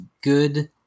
good